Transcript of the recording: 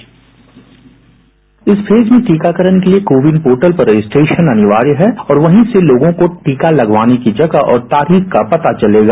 bite इस फेज में टीकाकरण के लिए कोविन पोर्टल पर रजिस्ट्रेशन अनिवार्य है और वहीं से लोगों को टीका लगवाने की जगह और तारीख का पता चलेगा